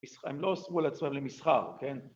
הם לא עשו על עצמם למסחר, כן?